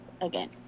again